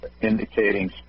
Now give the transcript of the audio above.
indicating